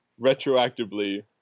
retroactively